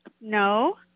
No